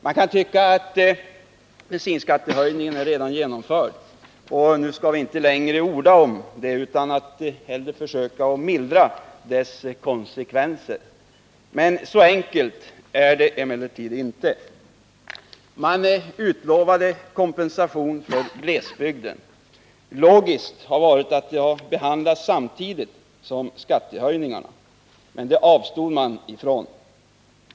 Man kan tycka att bensinskattehöjningen redan är genomförd och att vi nu inte längre skall orda om den saken, utan att vi i stället skall försöka mildra dess konsekvenser. Så enkelt är det emellertid inte. Glesbygden utlovades kompensation. Det hade varit logiskt att ta upp den frågan samtidigt som man behandlade frågan om skattehöjningarna, men det avstod man ifrån.